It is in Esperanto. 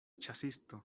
ĉasisto